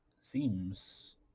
seems